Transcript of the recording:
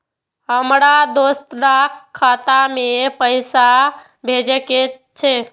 हमरा दोसराक खाता मे पाय भेजे के छै?